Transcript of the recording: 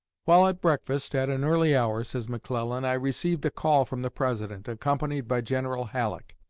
while at breakfast, at an early hour, says mcclellan, i received a call from the president, accompanied by general halleck.